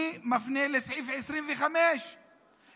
אני מפנה לסעיף 25 לפקודת